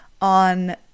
on